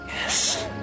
Yes